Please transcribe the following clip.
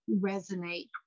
resonate